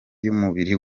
y’umubiri